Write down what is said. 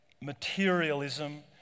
materialism